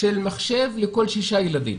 יש מחשב לכל שישה ילדים.